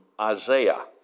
Isaiah